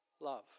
love